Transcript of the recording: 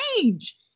change